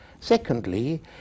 Secondly